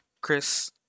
Chris